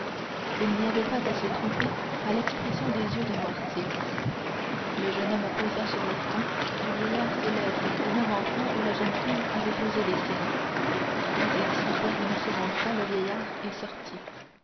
il n'y avait pas à se tromper à l'expression des yeux de noirtier le jeune homme posa sur le front du vieillard ses lèvres au même endroit où la jeune fille avait posé les siennes puis il salua une seconde fois le vieillard et sortit